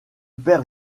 père